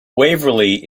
waverly